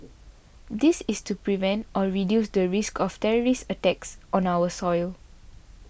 this is to prevent or reduce the risk of terrorist attacks on our soil